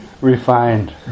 refined